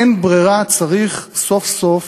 אין ברירה, צריך סוף-סוף